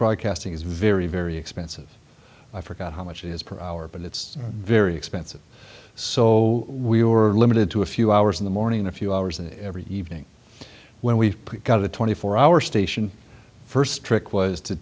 broadcasting is very very expensive i forgot how much it is per hour but it's very expensive so we were limited to a few hours in the morning a few hours and every evening when we got the twenty four hour station first trick